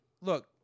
Look